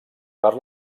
per